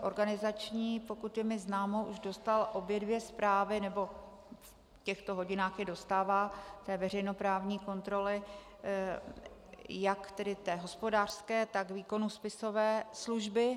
Organizační výbor, pokud je mi známo, už dostal obě dvě zprávy, nebo v těchto dnech je dostává, z veřejnoprávní kontroly jak tedy té hospodářské, tak výkonu spisové služby.